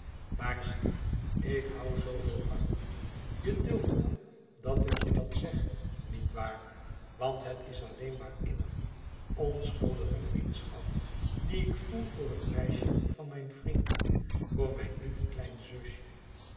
maar zie ik hoû zooveel van je je duldt wel dat ik je dat zeg nietwaar want het is alleen maar innige onschuldige vriendschap die ik voel voor het meisje van mijn vriend voor mijn lief klein zusje